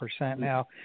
Now